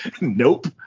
Nope